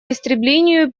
истреблению